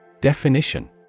Definition